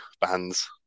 bands